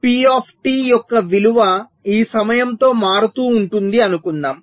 P T యొక్క విలువ ఈ సమయంతో మారుతూ ఉంటుంది అనుకుందాం